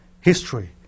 history